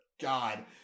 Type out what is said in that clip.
God